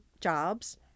jobs